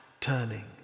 turning